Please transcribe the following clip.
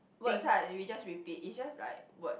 words lah we just repeat it just like word